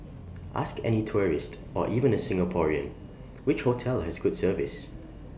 ask any tourist or even A Singaporean which hotel has good service